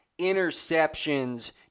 interceptions